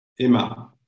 Emma